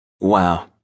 Wow